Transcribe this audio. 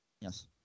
Yes